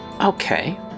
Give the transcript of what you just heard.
Okay